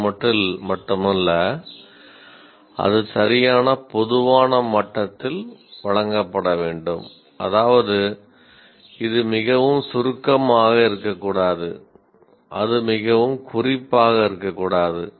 அது மட்டுமல்ல அது சரியான பொதுவான மட்டத்தில் வழங்கப்பட வேண்டும் அதாவது இது மிகவும் சுருக்கமாக இருக்கக்கூடாது அது மிகவும் குறிப்பாக இருக்கக்கூடாது